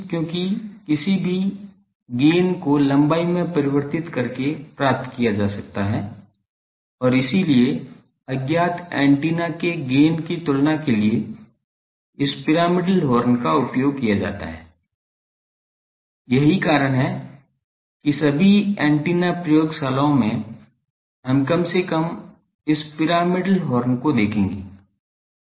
क्योंकि किसी भी गेन को लंबाई में परिवर्तन करके प्राप्त किया जा सकता है और इसलिए अज्ञात एंटीना के गेन की तुलना के लिए इस पिरामिडल हॉर्न का उपयोग किया जाता है यही कारण है कि सभी एंटीना प्रयोगशालाओं में हम कम से कम इस पिरामिडल हॉर्न को देखेंगे